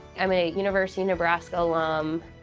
i'm a university nebraska alum,